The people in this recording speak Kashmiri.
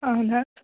اَہن حظ